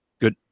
Good